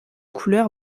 couleur